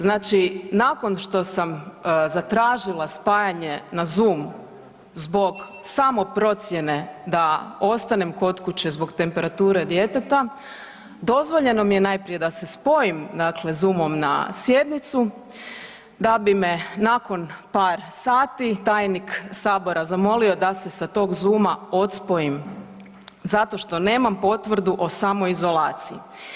Znači nakon što sam zatražila spajanje na Zoom zbog samoprocjene da ostanem kod kuće zbog temperature djeteta, dozvoljeno mi je najprije da se spojim Zoom-om na sjednicu da bi me nakon par sati tajnik Sabora zamolio da se sa tog Zoom-a odspojim zato što nemam potvrdu o samoizolaciji.